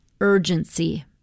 urgency